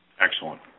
Excellent